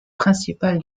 principal